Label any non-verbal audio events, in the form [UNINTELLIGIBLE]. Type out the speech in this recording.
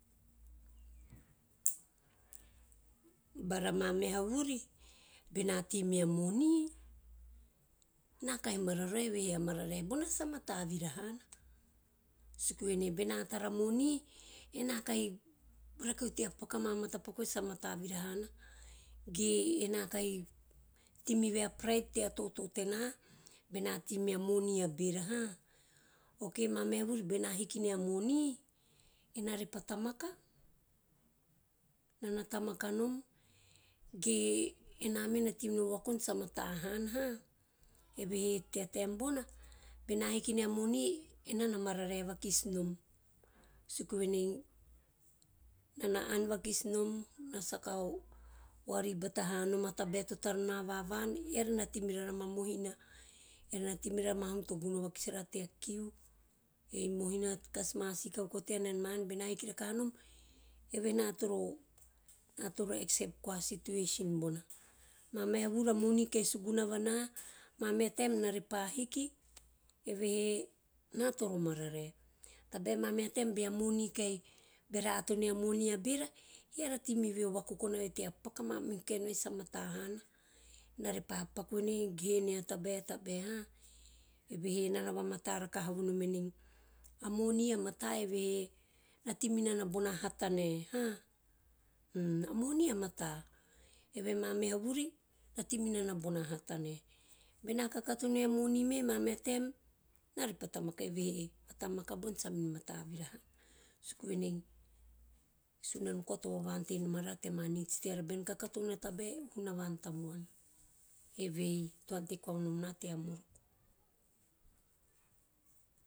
Bara mameha vuri bena tei mea moni, ena kahi marereu evehe a marare bona sa mata vira hana suku venei bena tara moni, ena kahi, rakeu tea paku ama matapaku vai sa mata vira hana ge ena kahi tei me ve a pride tea toto tena bena tei mea moni a bera huhh. [HESITATION] Okay mameha vuri bena hiki nea moni ena repa tamaka, nana tamaka nom ge ena me na tei minom o vakokona sa mata hana huh [HESITATION] eve tea taim bona bena hiki nea moni ena na mararae vikis nom suku venei enana ann vakis nom suku venei enana ann vakisnom ena saka wari bata hanom a tabae to tara na va van era na tei mirara ama mohina eara na tei merara amahum to gono vakis rara tea kiu, ei mohina kas ma si kaukau tean ean ma an, bena hiki rakahanom, evehe ena toro accept koa situation bona. Mameha vuri a moni kahi suguna a vana, mameha taim ena repa hiki evehe ena toro mararae, tabae mameha taim bea moni kahi [UNINTELLIGIBLE] beara ato nia moni a beara eara tei me a vai o vakokona vai tea paku a mamihu kaen vai sa mata hana, ena re pa paku venei, he`e nea tabae- tabae huh [HESITATION] evehe enana vamata rakaha volnomen a moni a mata evehe na tei menana bona hata nae [HESITATION] mum [HESITATION] a moni a mata evehe a mameha vuri na tei menana bona hata nae, bena kakato nea moni me mameha taem ena repa tamaka evehe a tamaka bona sakamen mata vira hana suku venei, e sunano koa to vava`ante nom arara tea ma needs teara, bean kakato nea tabae e hunavan tamuana. Evei to ante koa vonom na tea moroko.